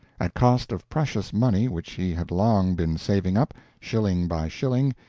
at cost of precious money which he had long been saving up, shilling by shilling,